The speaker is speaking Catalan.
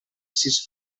sis